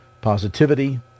positivity